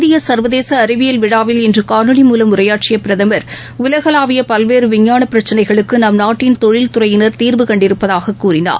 இந்திய சர்வதேச அறிவியல் விழாவில் இன்று காணொலி மூலம் உரையாற்றிய பிரதமர் உலகளாவிய பல்வேறு விஞ்ஞான பிரச்சினைகளுக்கு நம் நாட்டின் தொழில் துறையினர் தீர்வு கண்டிருப்பதாக கூறினார்